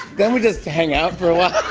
then we just hang out.